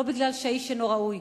לא כי האיש אינו ראוי,